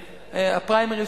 הפריימריס,